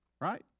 right